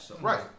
Right